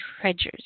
treasures